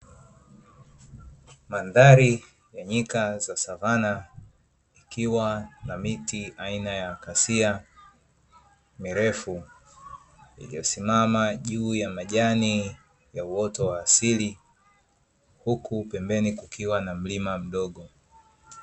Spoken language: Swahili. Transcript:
Mandhari ya nyika za Savana ikiwa na miti aina ya kasia mirefu, iliyosimama juu ya majani ya uoto wa asili, Huku pembeni kukiwa na mlima mdogo.